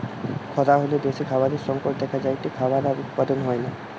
খরা হলে দ্যাশে খাবারের সংকট দেখা যায়টে, খাবার আর উৎপাদন হয়না